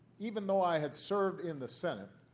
even though i had served in the senate,